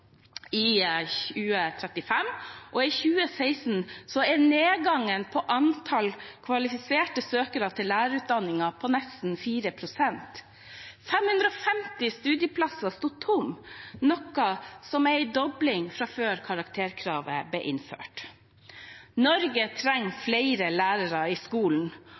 i 2035. I 2016 er nedgangen i antallet kvalifiserte søkere til lærerutdanningen nesten 4 pst. 550 studieplasser sto tomme, noe som er en dobling fra før karakterkravet ble innført. Norge trenger flere lærere i skolen.